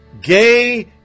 gay